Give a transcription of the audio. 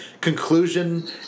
conclusion